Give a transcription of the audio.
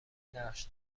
نقش